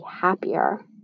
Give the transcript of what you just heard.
happier